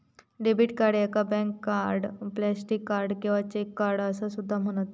debit card याका bank card, plastic card किंवा cheque card असो सुद्धा म्हणतत